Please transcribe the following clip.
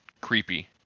creepy